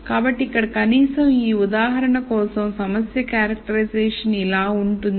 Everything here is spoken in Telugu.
కాబట్టి ఇక్కడ కనీసం ఈ ఉదాహరణ కోసం సమస్య క్యారెక్టరైజేషన్ ఇలా ఉంటుంది